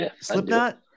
Slipknot